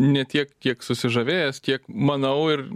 ne tiek kiek susižavėjęs kiek manau ir